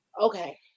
okay